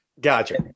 Gotcha